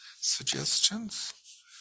suggestions